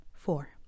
Four